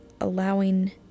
allowing